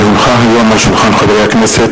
כי הונחה היום על שולחן הכנסת,